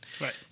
Right